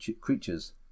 creatures